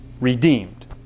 Redeemed